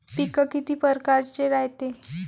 पिकं किती परकारचे रायते?